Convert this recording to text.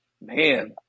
Man